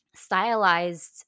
stylized